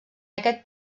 aquest